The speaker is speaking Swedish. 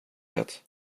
det